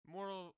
Moral